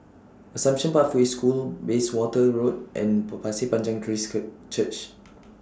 Assumption Pathway School Bayswater Road and Panjang Christ cut Church